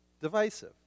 divisive